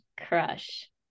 crush